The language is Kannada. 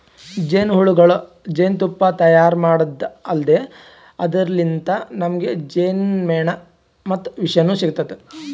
ಜೇನಹುಳಗೊಳ್ ಜೇನ್ತುಪ್ಪಾ ತೈಯಾರ್ ಮಾಡದ್ದ್ ಅಲ್ದೆ ಅದರ್ಲಿನ್ತ್ ನಮ್ಗ್ ಜೇನ್ಮೆಣ ಮತ್ತ್ ವಿಷನೂ ಸಿಗ್ತದ್